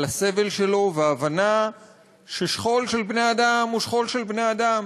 על הסבל שלו ועל ההבנה ששכול של בני-אדם הוא שכול של בני-אדם,